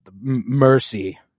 mercy